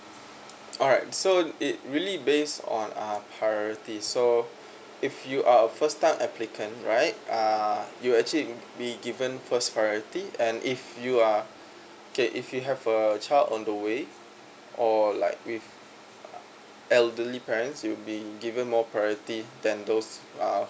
alright so it really base on ah priority so if you are a first time applicant right uh you actually um be given first priority and if you are okay if you have a child on the way or like with uh elderly parents you'll be given more priority than those uh